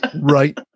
Right